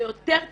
ליותר תמיכות,